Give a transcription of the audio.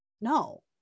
no